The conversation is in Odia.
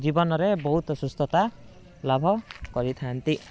ଜୀବନରେ ବହୁତ ସୁସ୍ଥତା ଲାଭ କରିଥାନ୍ତି